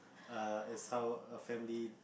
err as how a family